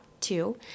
two